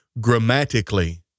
Grammatically